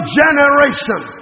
generation